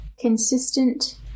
consistent